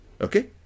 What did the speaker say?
okay